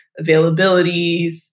availabilities